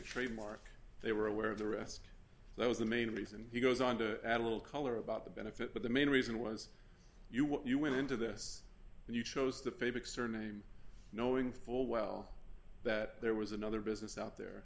betray mark they were aware of the risk that was the main reason he goes on to add a little color about the benefit but the main reason was you what you went into this and you chose the favorite surname knowing full well that there was another business out there